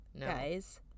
guys